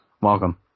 Welcome